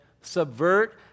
subvert